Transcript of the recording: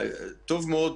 טוב מאוד,